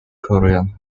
korean